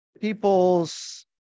people's